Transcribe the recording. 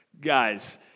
Guys